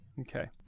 Okay